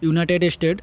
United States